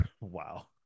wow